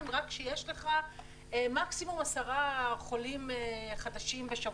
רק כשיש לך מקסימום 10 חולים חדשים בשבוע.